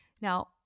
now